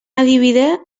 adibide